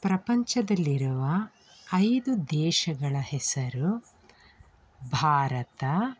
ಪ್ರಪಂಚದಲ್ಲಿರುವ ಐದು ದೇಶಗಳ ಹೆಸರು ಭಾರತ